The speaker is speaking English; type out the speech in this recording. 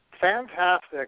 Fantastic